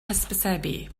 hysbysebu